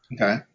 Okay